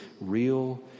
real